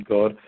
God